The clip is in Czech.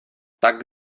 tak